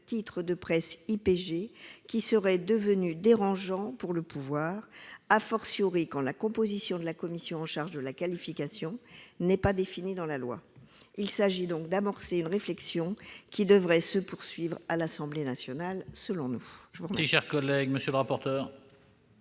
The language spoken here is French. titre de presse IPG qui serait devenu dérangeant pour le pouvoir, quand la composition de la commission chargée de la qualification n'est pas définie dans la loi. Il s'agit donc d'amorcer une réflexion qui devrait, selon nous, se poursuivre à l'Assemblée nationale. Quel est